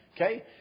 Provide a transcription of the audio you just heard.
Okay